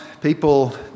people